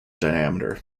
diameter